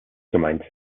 gemeint